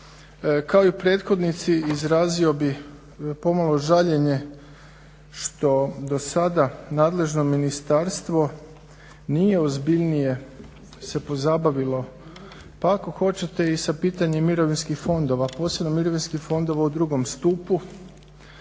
Kao i prethodnici izrazio bih pomalo žaljenje što dosada nadležno ministarstvo nije ozbiljnije se pozabavilo pa ako hoćete i sa pitanjem mirovinskih fondova, posebno mirovinskih fondova u drugom stupu.